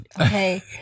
okay